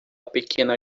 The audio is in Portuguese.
pequena